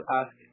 ask